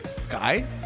Skies